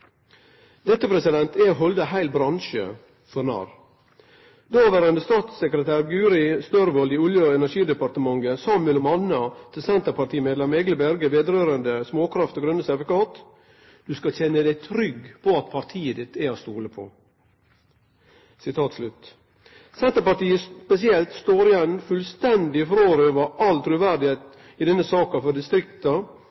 er å halde ein heil bransje for narr. Dåverande statssekretær Guri Størvold i Olje- og energidepartementet sa m.a. til senterpartimedlem Egil Berge vedrørande småkraft og grøne sertifikat at du skal «kjenne deg trygg på at partiet ditt fortsatt er til å stole på». Senterpartiet, spesielt, står igjen fullstendig